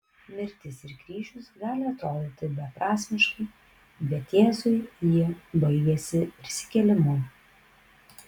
mirtis ir kryžius gali atrodyti beprasmiškai bet jėzui ji baigėsi prisikėlimu